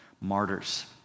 martyrs